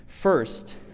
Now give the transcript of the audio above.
First